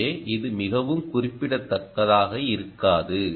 எனவே இது மிகவும் குறிப்பிடத்தக்கதாக இருக்காது